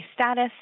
status